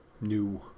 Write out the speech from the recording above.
new